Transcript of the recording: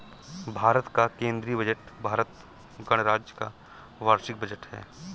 भारत का केंद्रीय बजट भारत गणराज्य का वार्षिक बजट है